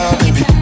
baby